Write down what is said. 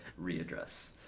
readdress